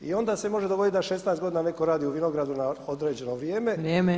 I onda se može dogoditi da 16 godina netko radi u vinogradu na određeno vrijeme.